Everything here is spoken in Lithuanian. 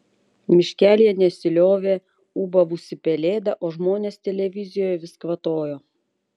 miškelyje nesiliovė ūbavusi pelėda o žmonės televizijoje vis kvatojo